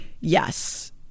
Yes